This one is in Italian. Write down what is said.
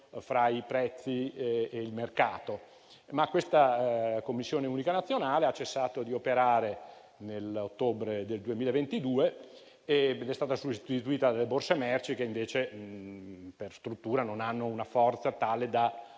fra i prezzi e il mercato, ma questa Commissione ha cessato di operare nell'ottobre del 2022 ed è stata sostituita dalle borse merci che invece, per struttura, non hanno una forza tale da